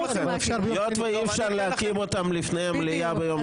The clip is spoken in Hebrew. היות ואי אפשר להקים אותן לפני המליאה ביום